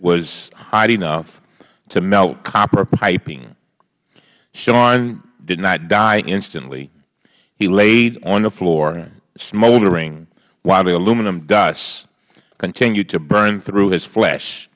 was hot enough to melt copper piping shawn did not die instantly he lay on the floor smoldering while the aluminum dust continued to burn through his flesh